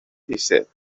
disset